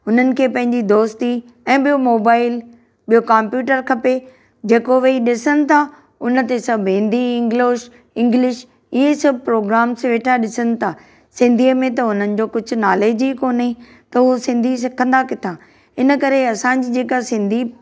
हुननि खे पंहिंजी दोस्ती ऐं ॿियो मोबाइल ॿियों कांप्यूटर खपे जेको वेही ॾिसनि था उन ते सभु हिंदी इंगलोश इंगलिश इहे सभु प्रोग्राम्स वेठा ॾिसनि था सिंधीअ में त हुननि जो कुझु नालेज ई कोन्हे त उहो सिंधी सिखंदा किथां इन करे असांजी जेका सिंधी